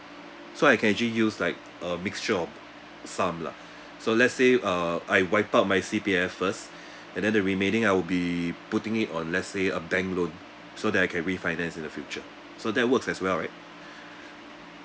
so I can actually use like a mixture of some lah so let's say uh I wipe out my C_P_F first and then the remaining I'll be putting it on let's say a bank loan so that I can refinance in the future so that works as well right